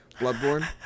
Bloodborne